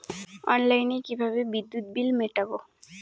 অনলাইনে কিভাবে বিদ্যুৎ বিল মেটাবো?